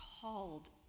called